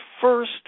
first